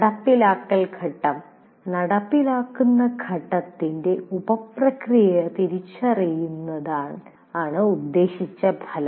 നടപ്പിലാക്കൽ ഘട്ടം നടപ്പിലാക്കുന്ന ഘട്ടത്തിന്റെ ഉപപ്രക്രിയകൾ തിരിച്ചറിയുന്നതാണ് ഉദ്ദേശിച്ച ഫലം